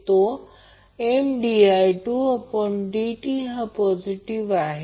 तो Mdi2dt हा positive आहे